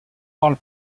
parle